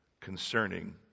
concerning